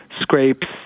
scrapes